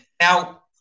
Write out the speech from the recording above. Now